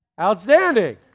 Outstanding